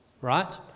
right